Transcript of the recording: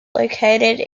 located